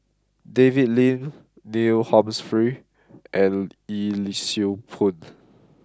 David Lim Neil Humphreys and Yee Siew Pun